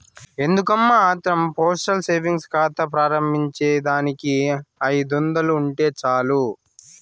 ఎందుకమ్మా ఆత్రం postal savings కాతా ప్రారంబించేదానికి ఐదొందలుంటే సాలు